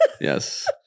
Yes